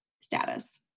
status